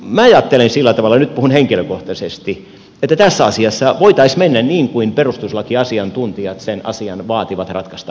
minä ajattelen sillä tavalla nyt puhun henkilökohtaisesti että tässä asiassa voitaisiin mennä niin kuin perustuslakiasiantuntijat sen asian vaativat ratkaistavaksi